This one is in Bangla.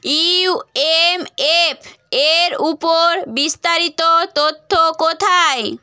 ইউ এম এফ এর উপর বিস্তারিত তথ্য কোথায়